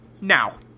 now